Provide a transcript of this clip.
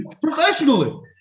professionally